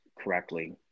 correctly